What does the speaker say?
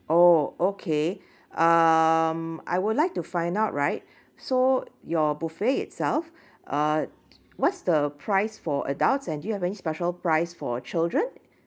oh okay um I would like to find out right so your buffet itself uh what's the price for adults and do you have any special price for children